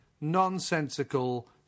nonsensical